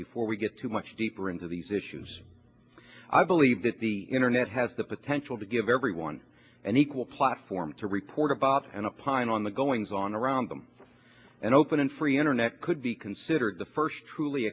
before we get too much deeper into these issues i believe that the internet has the potential to give everyone an equal platform to report about and upon on the goings on around them and open and free internet could be considered the first truly